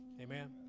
Amen